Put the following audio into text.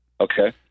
Okay